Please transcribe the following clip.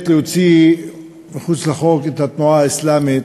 להוציא מחוץ לחוק את התנועה האסלאמית